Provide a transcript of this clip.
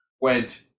went